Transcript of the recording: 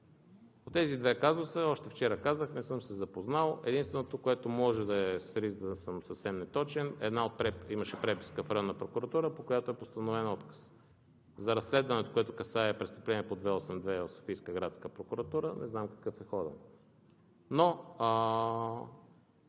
По тези два казуса още вчера казах, не съм се запознал. Единственото, което може да е, с риск да съм съвсем неточен, имаше преписка в районна прокуратура, по която е постановен отказ за разследването, което касае престъпления по чл. 282 в Софийска градска прокуратура. Не знам какъв е ходът.